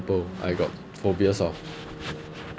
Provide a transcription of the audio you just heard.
I got phobias of